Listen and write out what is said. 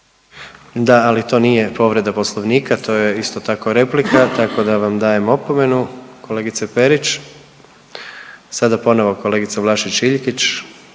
Da, ali to nije povreda Poslovnika, to je isto tako replika tako da vam dajem opomenu kolegice Perić. Sada ponovo kolegica Vlašić Iljkić